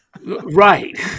Right